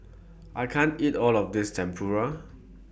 I can't eat All of This Tempura